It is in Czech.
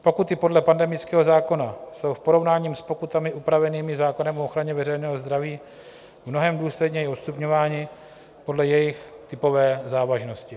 Pokuty podle pandemického zákona jsou v porovnání s pokutami upravenými zákonem o ochraně veřejného zdraví mnohem důsledněji odstupňovány podle jejich typové závažnosti.